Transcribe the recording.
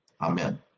Amen